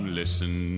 listen